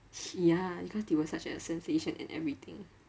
ya because they were such a sensation and everything